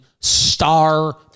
star